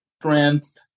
strength